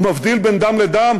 הוא מבדיל בין דם לדם?